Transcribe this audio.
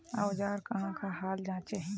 औजार कहाँ का हाल जांचें?